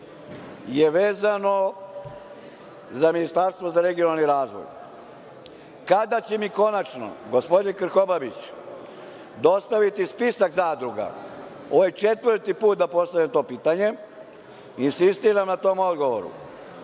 je vezano za Ministarstvo za regionalni razvoj. Kada će mi konačno gospodin Krkobabić dostaviti spisak zadruga? Ovo je četvrti put da postavljam to pitanje. Insistiram na tom odgovoru.